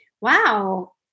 Wow